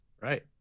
Right